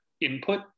input